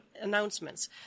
announcements